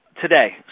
Today